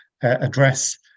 address